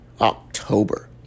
October